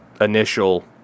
initial